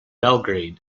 belgrade